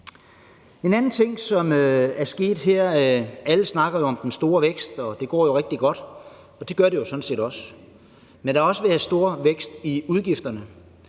en anden ting, som er sket her. Alle snakker jo om den store vækst, og at det går rigtig godt, og det gør det sådan set også, men der har også været en stor vækst i udgifterne,